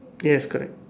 yes correct